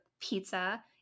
pizza